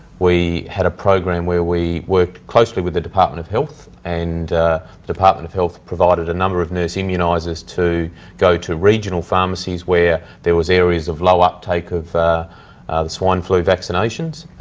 we had a program where we worked closely with the department of health, and the department of health provided a number of nurse immunisers to go to regional pharmacies where there was areas of low uptake of the swine flu vaccinations,